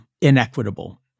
inequitable